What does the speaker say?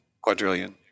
quadrillion